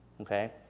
okay